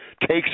takes